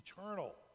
eternal